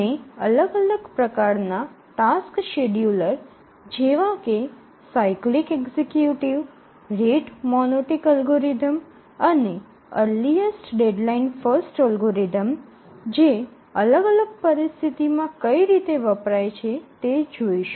આપણે અલગ અલગ પ્રકારના ટાસ્ક શેડ્યૂલર જેવા કે cyclic executive rate monotonic algorithm અને અર્લીયસ્ટ ડેડલાઇન ફર્સ્ટ અલ્ગોરિધમ જે અલગ અલગ પરિસ્થિતિમાં કઈ રીતે વપરાય છે તે જોઈશું